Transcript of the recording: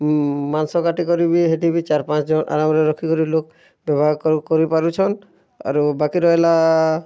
ମାଂସ କାଟି କରି ବି ହେଟି ବି ଚାର୍ ପାଞ୍ଚ୍ ଜନ୍ ଆରାମ୍ ରେ ରଖିକରି ଲୋକ୍ ବ୍ୟବହାର୍ କରି ପାରୁଛନ୍ ଆଉ ବାକି ରହେଲା